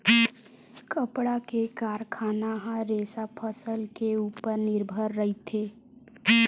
कपड़ा के कारखाना ह रेसा फसल के उपर निरभर रहिथे